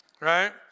right